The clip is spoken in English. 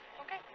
Okay